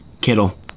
Kittle